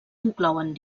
inclouen